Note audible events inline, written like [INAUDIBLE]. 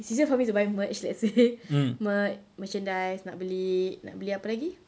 it's easier for me to buy merch let's say [LAUGHS] merc~ merchandise nak beli nak beli apa lagi